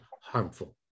harmful